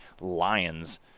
lions